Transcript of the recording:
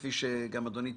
כפי שגם אדוני התייחס,